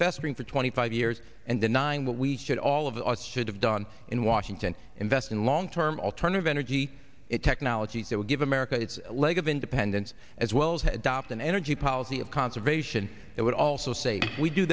festering for twenty five years and denying what we should all of us should have done in washington invest in long term alternative energy it technologies that will give america its leg of independence as well as had adopted energy policy of conservation it would also say we do